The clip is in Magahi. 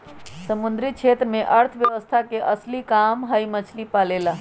समुद्री क्षेत्र में अर्थव्यवस्था के असली काम हई मछली पालेला